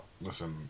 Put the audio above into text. listen